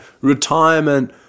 retirement